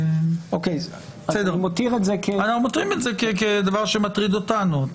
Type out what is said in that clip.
אנחנו מותירים את זה כדבר שמטריד אותנו.